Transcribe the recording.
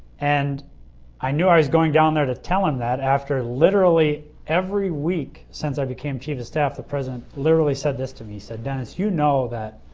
and i knew i was going down there to tell him that after literally every week since i became chief of staff the president literally said this to me. he said, denis, you know that